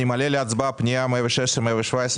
אני מעלה להצבעה את פנייה מספר 116 ו-117,